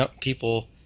people